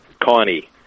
Connie